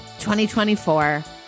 2024